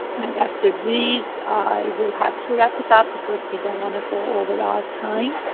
and after these, i will have to wrap it up, because we don't want to go over our time.